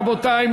רבותי?